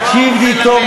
תקשיב לי טוב,